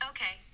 Okay